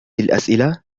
الأسئلة